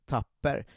Tapper